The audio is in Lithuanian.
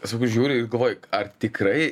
sakau žiūri ir galvoji ar tikrai